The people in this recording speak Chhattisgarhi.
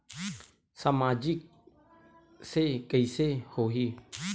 सामाजिक से कइसे होही?